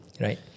right